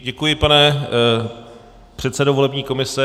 Děkuji, pane předsedo volební komise.